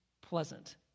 pleasant